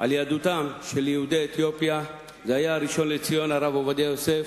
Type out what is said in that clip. על יהדותם של יהודי אתיופיה היה הראשון לציון הרב עובדיה יוסף,